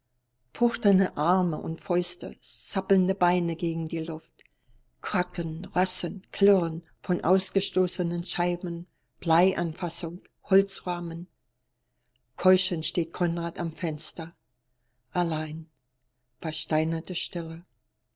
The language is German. fuchtelnde arme und fäuste zappelnde beine gegen die luft kracken rassen klirren von ausgestoßenen scheiben bleieinfassung holzrahmen keuchend steht konrad am fenster allein versteinerte stille